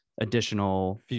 additional